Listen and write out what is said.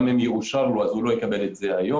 גם אם יאושר לו אז הוא לא יקבל את זה היום,